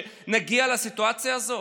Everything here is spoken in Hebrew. שנגיע לסיטואציה הזאת?